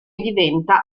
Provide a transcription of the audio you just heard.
diventa